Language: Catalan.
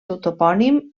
topònim